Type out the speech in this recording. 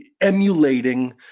emulating